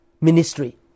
ministry